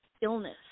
illness